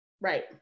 Right